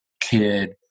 kid